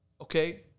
Okay